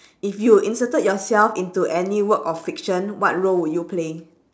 if you inserted yourself into any work or fiction what role would you play